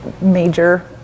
major